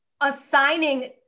assigning